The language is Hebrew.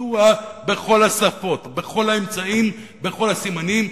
מידוע בכל השפות, בכל האמצעים, בכל הסימנים.